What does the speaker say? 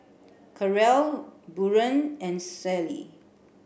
Karel Buren and Sally